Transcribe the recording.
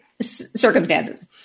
circumstances